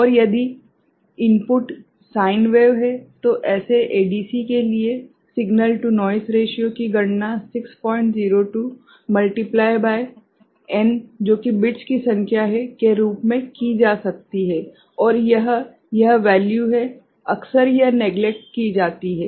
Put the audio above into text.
और यदि input sine wave है तो ऐसे एडीसी के लिए सिग्नल टू नोइस रेशिओ की गणना 602 गुणित n जो की बिट्स की संख्या है के रूप में की जा सकती है और यह यह वैल्यू है अक्सर यह नेगलेक्ट की जाती है